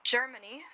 Germany